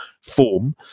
form